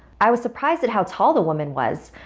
i was surprised at how tall the woman was.